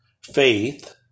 faith